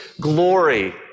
glory